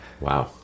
Wow